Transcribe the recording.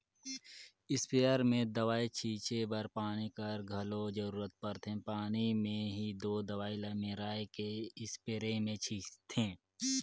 sprayer में दवई छींचे बर पानी कर घलो जरूरत परथे पानी में ही दो दवई ल मेराए के इस्परे मे छींचथें